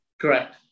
Correct